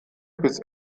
bis